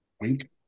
Wink